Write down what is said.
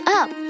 up